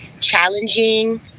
challenging